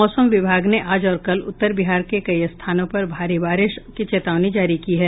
मौसम विभाग ने आज और कल उत्तर बिहार के कई स्थानों पर भारी बारिश की चेतावनी जारी की है